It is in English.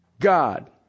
God